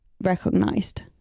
recognized